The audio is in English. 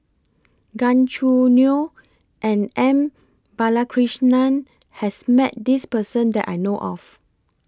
Gan Choo Neo and M Balakrishnan has Met This Person that I know of